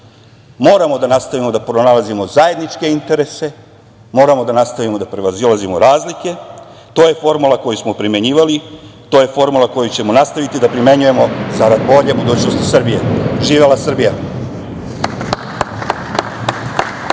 Moramo da nastavimo da pronalazimo zajedničke interese, moramo da nastavimo da prevazilazimo razlike. To je formula koju smo primenjivali, to je formula koju ćemo nastaviti da primenjujemo zarad bolje budućnosti Srbije. Živela Srbija!